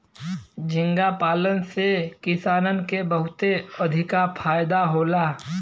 झींगा पालन से किसानन के बहुते अधिका फायदा होला